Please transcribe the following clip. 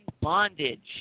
bondage